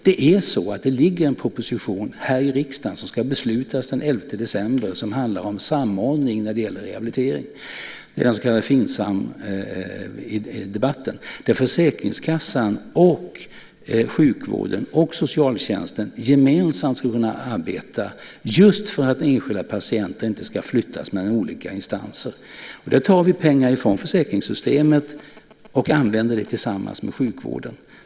Det ligger en proposition här i riksdagen som det ska fattas beslut om den 11 december och som handlar om samordning i fråga om rehabilitering. Det handlar om Finsam, där försäkringskassan, sjukvården och socialtjänsten gemensamt ska kunna arbeta just för att enskilda patienter inte ska flyttas mellan olika instanser. Där tar vi pengar från försäkringssystemet och använder dem tillsammans med sjukvården.